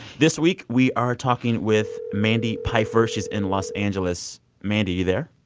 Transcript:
this week, we are talking with mandy pifer. she's in los angeles. mandy, you there?